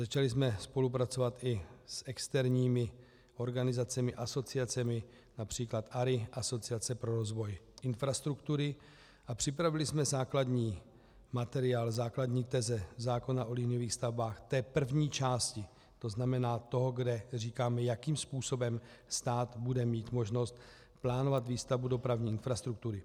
Začali jsem spolupracovat i s externími organizacemi a asociacemi, například ARI, Asociace pro rozvoj infrastruktury, a připravili jsme základní materiál, základní teze zákona o liniových stavbách té první části, to znamená toho, kde říkáme, jakým způsobem stát bude mít možnost plánovat výstavbu dopravní infrastruktury.